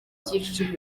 byinshi